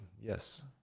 Yes